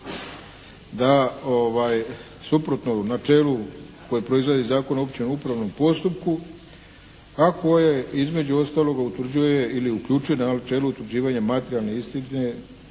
da suprotno načelu koje proizlazi iz Zakona o općem upravnom postupku, a koje između ostaloga utvrđuje ili uključuje na načelu utvrđivanja materijalne istine,